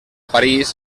parís